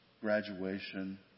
Graduation